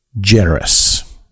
generous